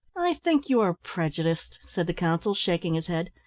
i think you are prejudiced, said the counsel, shaking his head.